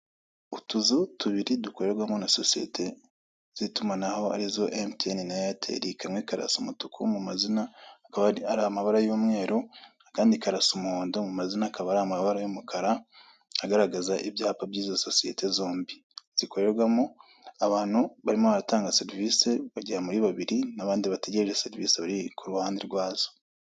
Utuzu tubiri dukorerwamo na sosiyete z'itumanaho arizo MTN na airtel, kamwe karasa umutuku mu mazina akaba ari amabara y'umweru, akandi kararasa umuhondo mu mazina akaba ari amabara y'umukara, agaragaza ibyapa by'izo sosiyete zombi, zikorerwamo abantu barimo baratanga serivisi bagera muri babiri n'abandi bategerejereza serivisi bari ku ruhande rwazo.